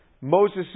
Moses